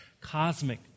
cosmic